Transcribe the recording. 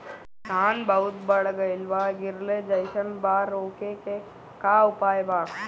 धान बहुत बढ़ गईल बा गिरले जईसन बा रोके क का उपाय बा?